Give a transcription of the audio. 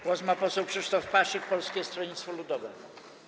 Głos ma poseł Krzysztof Paszyk, Polskie Stronnictwo Ludowe.